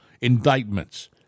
indictments